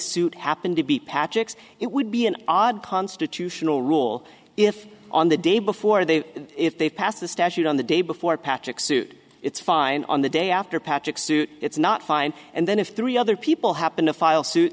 suit happened to be patchy it would be an odd constitutional rule if on the day before they if they passed the statute on the day before patrick suit it's fine on the day after patrick suit it's not fine and then if three other people happen to file suit